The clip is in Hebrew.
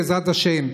בעזרת השם,